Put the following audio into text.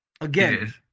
Again